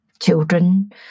Children